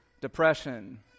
depression